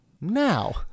Now